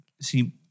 See